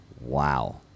Wow